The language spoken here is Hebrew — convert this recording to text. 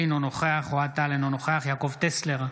אינו נוכח אוהד טל, אינו נוכח יעקב טסלר,